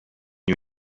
new